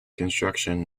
construction